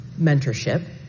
mentorship